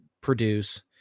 produce